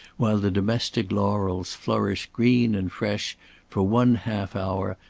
while the domestic laurels flourish green and fresh for one half hour,